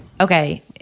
Okay